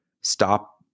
stop